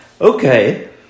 Okay